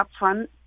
upfront